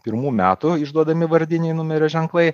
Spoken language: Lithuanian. pirmų metų išduodami vardiniai numerio ženklai